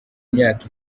imyaka